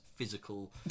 physical